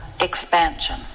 expansion